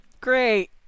Great